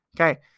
okay